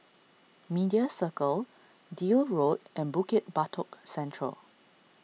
Media Circle Deal Road and Bukit Batok Central